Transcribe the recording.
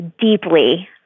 deeply